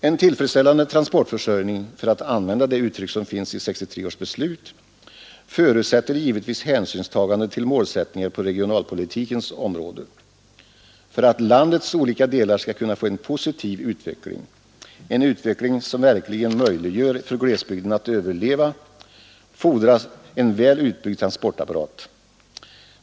En tillfredsställande transportförsörjning — för att använda det uttryck som finns i 1963 års beslut — förutsätter givetvis hänsynstaganden till målsättningar på regionalpolitikens område. För att landets olika delar skall kunna få en positiv utveckling, en utveckling som verkligen möjliggör för glesbygden att överleva, fordras det en väl utbyggd transportapparat.